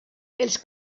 els